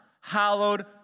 hallowed